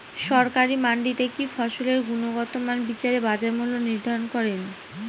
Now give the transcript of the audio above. সরকারি মান্ডিতে কি ফসলের গুনগতমান বিচারে বাজার মূল্য নির্ধারণ করেন?